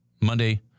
Monday